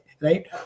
right